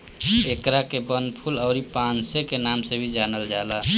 एकरा के वनफूल अउरी पांसे के नाम से भी जानल जाला